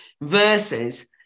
versus